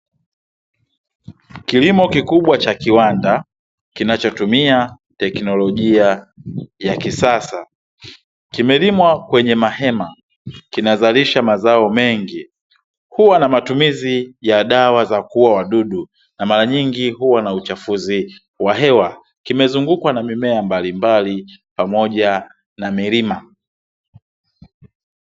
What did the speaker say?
Kilimo kikubwa cha kiwanda, kinachotumia tekinolojia ya kisasa, kimelimwa kwenye mahema, kinazalisha mazao mengi, huwa na matumizi ya dawa za kuua wadudu na mara nyingi huwa na uchafuzi wa hewa. Kimezungukwa na mimea mbalimbali pamoja na milima.